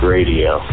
Radio